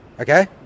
Okay